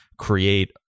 create